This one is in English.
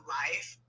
life